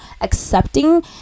accepting